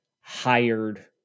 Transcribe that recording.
hired